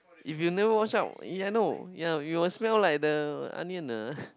if you never wash up ya no ya you smell like the onion ah